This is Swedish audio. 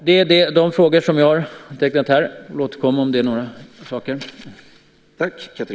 Det är de frågor som jag har antecknat. Jag får väl återkomma om det är något mer.